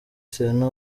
serena